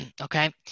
Okay